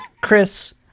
Chris